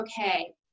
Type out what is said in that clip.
okay